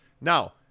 Now